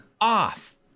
off